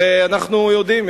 הרי אנחנו יודעים,